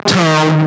town